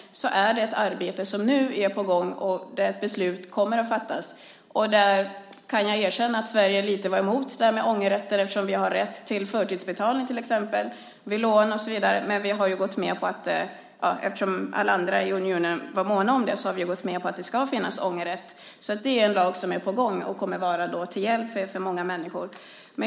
Det är ett arbete som nu är på gång, och beslut kommer att fattas. Jag kan erkänna att Sverige lite var emot detta med ångerrätten eftersom vi till exempel har rätt till förtidsbetalning vid lån. Men eftersom alla andra i unionen var måna om det har vi gått med på att det ska finnas en ångerrätt, så det är en lag som är på gång och som kommer att vara till hjälp för många människor.